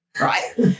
right